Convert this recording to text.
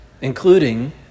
including